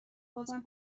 بازم